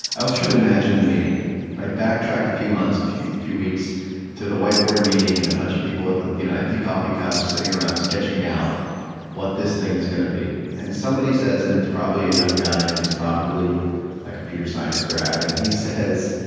i always try to imagine the meeting back track a few months, a few a few weeks to the whiteboard meeting, and a bunch of people with you know empty coffee cups sitting around sketching out what this thing is going to be. and somebody says and it's probably a young guy, and he's probably a computer science grad and he says,